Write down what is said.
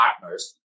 partners